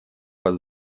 вас